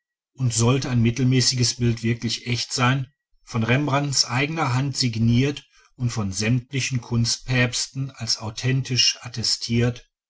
und sollte ein mittelmäßiges bild wirklich echt sein von rembrandts eigener hand signiert und von sämtlichen kunstpäpsten als authentisch attestiert